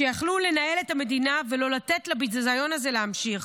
שיכלו לנהל את המדינה ולא לתת לביזיון הזה להמשיך.